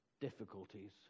difficulties